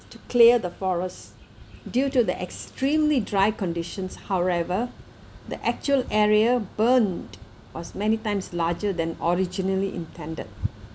to clear the forest due to the extremely dry conditions however the actual area burned was many times larger than originally intended